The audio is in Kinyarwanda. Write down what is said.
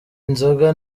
inzoga